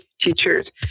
teachers